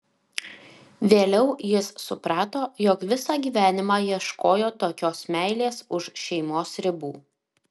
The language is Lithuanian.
vėliau jis suprato jog visą gyvenimą ieškojo tokios meilės už šeimos ribų